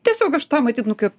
tiesiog aš tą matyt nu kaip